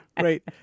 Right